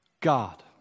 God